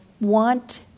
want